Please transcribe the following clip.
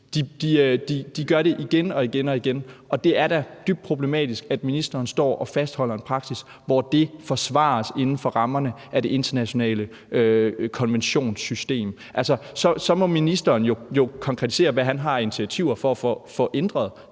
De gør det igen og igen, og det er da dybt problematisk, at ministeren står og fastholder en praksis, hvor det forsvares inden for rammerne af det internationale konventionssystem. Så må ministeren jo konkretisere, hvad han har af initiativer for at få ændret